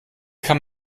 kann